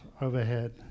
overhead